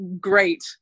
great